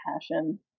passion